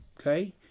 Okay